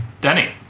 Danny